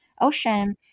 Ocean